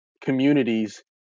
communities